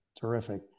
Terrific